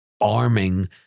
arming